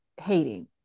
hating